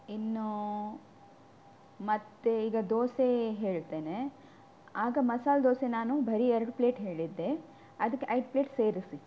ಇನ್ನೂ ಮತ್ತು ಈಗ ದೋಸೆ ಹೇಳ್ತೇನೆ ಆಗ ಮಸಾಲೆ ದೋಸೆ ನಾನು ಬರೀ ಎರಡು ಪ್ಲೇಟ್ ಹೇಳಿದ್ದೆ ಅದಕ್ಕೆ ಐದು ಪ್ಲೇಟ್ ಸೇರಿಸಿ